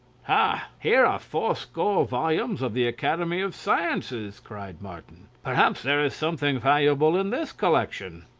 ha! here are four-score volumes of the academy of sciences, cried martin. perhaps there is something valuable in this collection.